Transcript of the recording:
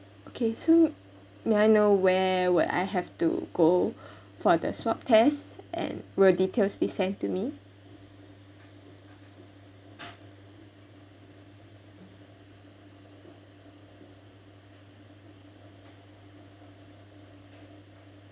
okay so may I know where would I have to go for the swap test and will details be sent to me